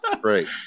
great